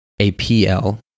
APL